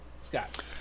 Scott